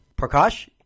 Prakash